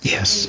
Yes